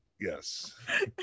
yes